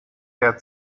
der